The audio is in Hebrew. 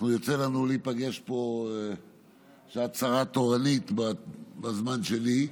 יוצא לנו להיפגש פה כשאת שרה תורנית בזמן שלי.